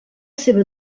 seva